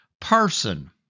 person